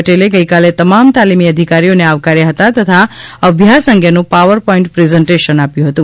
પટેલે ગઇકાલે તમામ તાલિમી અધિકારીઓને આવકાર્યા હતા તથા અભ્યાસ અંગેનું પાવર પોઇન્ટ પ્રેઝન્ટેશન આપ્યું હતું